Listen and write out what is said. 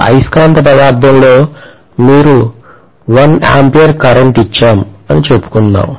ఒక అయస్కాంత పదార్థంలో మీరు 1 A కరెంట్ ఇచ్చాము అని చెప్పుకుందాం